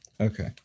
Okay